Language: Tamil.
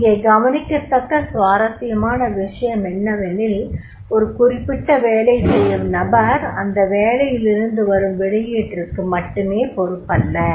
இங்கே கவனிக்கத்தக்க சுவாரஸ்யமான விஷயம் என்னவெனில் ஒரு குறிப்பிட்ட வேலை செய்யும் நபர் அந்த வேலையிலிருந்துவரும் வெளியீட்டிற்கு மட்டுமே பொறுப்பல்ல